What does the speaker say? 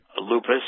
lupus